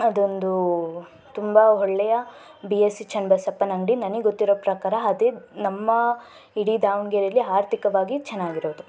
ಅದೊಂದು ತುಂಬ ಒಳ್ಳೆಯ ಬಿ ಎಸ್ ಸಿ ಚನ್ನಬಸಪ್ಪನ ಅಂಗಡಿ ನನಗೆ ಗೊತ್ತಿರೋ ಪ್ರಕಾರ ಅದೇ ನಮ್ಮ ಇಡೀ ದಾವಣಗೆರೆಲ್ಲಿ ಆರ್ಥಿಕವಾಗಿ ಚೆನ್ನಾಗಿರೋದು